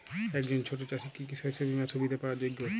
একজন ছোট চাষি কি কি শস্য বিমার সুবিধা পাওয়ার যোগ্য?